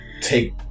take